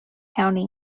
county